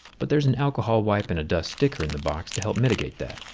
but there's an alcohol wipe and a dust sticker in the box to help mitigate that.